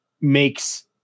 makes